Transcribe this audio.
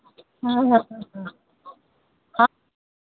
हाँ हाँ हाँ हाँ हाँ